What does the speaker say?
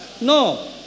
No